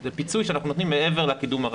זה פיצוי שאנחנו נותנים מעבר לקידום הרגיל.